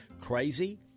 crazy